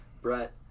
brett